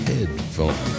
Headphone